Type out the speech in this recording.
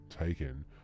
taken